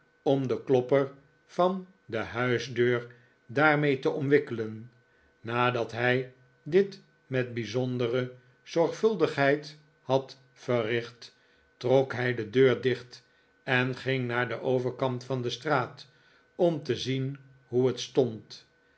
om den klopper van de huisdeur daarmee te omwikkelen nadat hij dit met bijzondere zorgvuldigheid had verricht trok hij de deur dicht en ging naar den overkant van de straat om te zien hoe het stond